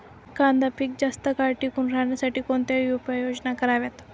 कांदा पीक जास्त काळ टिकून राहण्यासाठी कोणत्या उपाययोजना कराव्यात?